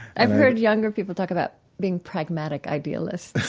i've heard younger people talk about being pragmatic idealists.